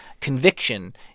conviction